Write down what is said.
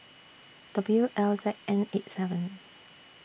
W L Z N eight seven